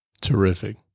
Terrific